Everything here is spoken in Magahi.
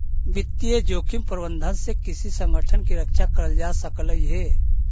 वित्तीय जोखिम प्रबंधन से किसी संगठन की रक्षा करल जा सकलई हे